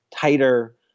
tighter